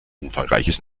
umfangreiches